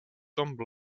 tomb